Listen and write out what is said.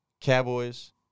Cowboys